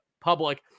public